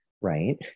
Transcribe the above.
right